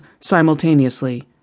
simultaneously